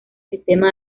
sistema